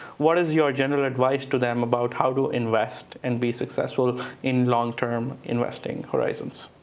what is your general advice to them about how to invest and be successful in long term investing horizons?